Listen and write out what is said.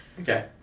Okay